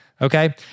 Okay